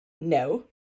no